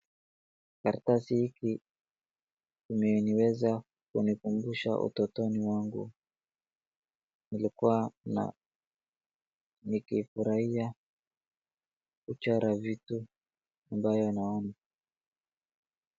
Karatasi hiki kimeniweza kunikumbusha utotoni wangu. Nilikua na nikifurahia kuchora vitu ambayo ninaona.